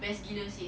best gila seh